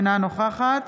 אינה נוכחת